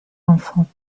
enfants